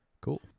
Cool